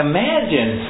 Imagine